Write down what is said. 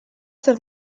zer